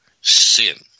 sin